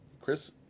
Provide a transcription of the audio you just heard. Chris